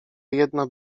jedna